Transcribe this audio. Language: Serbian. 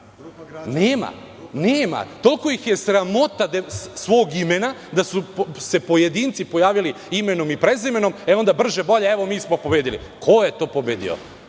izborima. Nema. Toliko ih je sramota svog imena da su se pojedinci pojavili imenom i prezimenom, e onda brže bolje evo mi smo pobedili. Ko je to pobedio?